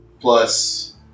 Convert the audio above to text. Plus